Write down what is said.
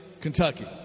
Kentucky